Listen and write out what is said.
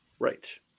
Right